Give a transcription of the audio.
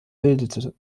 bildete